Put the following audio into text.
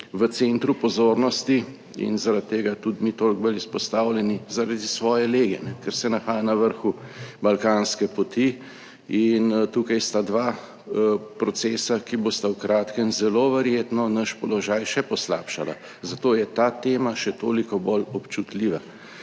v centru pozornosti in zaradi tega tudi mi toliko bolj izpostavljeni zaradi svoje lege, ker se nahaja na vrhu balkanske poti in tukaj sta dva procesa, ki bosta v kratkem zelo verjetno naš položaj še poslabšala, zato je ta tema še toliko bolj občutljiva,